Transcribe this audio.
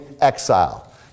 exile